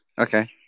Okay